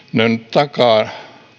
takaa